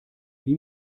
wie